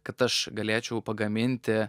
kad aš galėčiau pagaminti